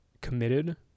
committed